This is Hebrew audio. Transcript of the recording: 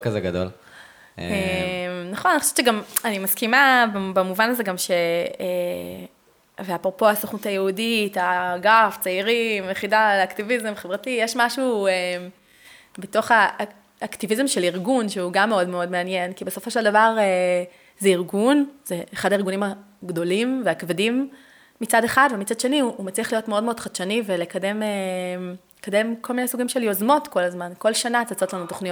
כזה גדול. נכון, אני חושבת שגם... אני מסכימה במובן הזה גם ש... ואפרופו הסוכנות היהודית, האגף צעירים, היחידה, האקטיביזם, חברתי, יש משהו בתוך האקטיביזם של ארגון שהוא גם מאוד מאוד מעניין, כי בסופו של דבר זה ארגון, זה אחד הארגונים הגדולים והכבדים מצד אחד, ומצד שני הוא מצליח להיות מאוד מאוד חדשני ולקדם כל מיני סוגים של יוזמות כל הזמן. כל שנה יוצאות לנו תוכניות